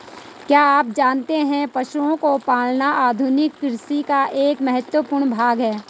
क्या आप जानते है पशुओं को पालना आधुनिक कृषि का एक महत्वपूर्ण भाग है?